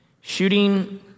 shooting